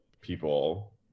people